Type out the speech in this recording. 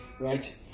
Right